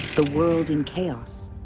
the world in chaos.